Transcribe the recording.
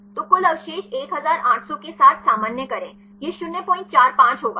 तो कुल अवशेष 1800 के साथ सामान्य करें यह 045 होगा